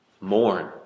Mourn